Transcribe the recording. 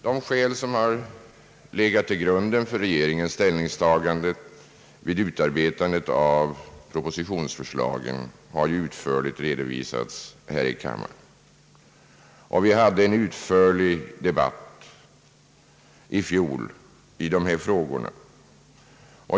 De skäl som har legat till grund för regeringens ställningstagande vid utarbetandet av propositionsförslagen har ju utförligt redovisats här i kammaren, och vi hade en utförlig debatt i fjol i dessa frågor.